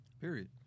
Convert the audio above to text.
Period